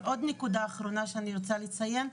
אבל עוד נקודה אחרונה שאני רוצה לציין.